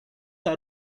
are